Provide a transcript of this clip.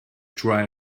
try